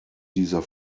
dieser